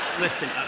listen